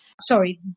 Sorry